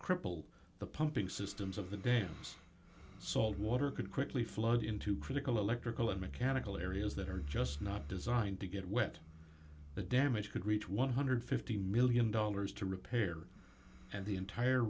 cripple the pumping systems of the dams salt water could quickly flood into critical electrical and mechanical areas that are just not designed to get wet the damage could reach one hundred and fifty million dollars to repair and the entire